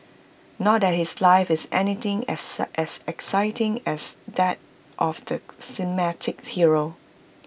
not that his life is anything as exciting as that of the cinematic hero